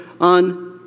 on